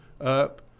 up